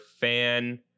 fan